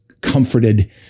comforted